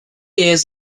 years